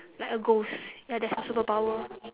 like a ghost ya that's your superpower